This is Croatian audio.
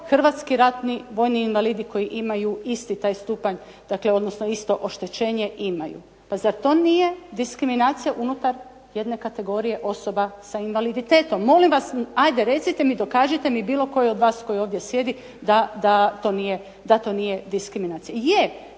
hrvatski ratni vojni invalidi koji imaju isti taj stupanj, odnosno isto oštećenje imaju. Pa zar to nije diskriminacija unutar jedne kategorije osoba sa invaliditetom? Molim vas ajde reci mi, dokažite mi bilo koji od vas koji ovdje sjedi da to nije diskriminacija.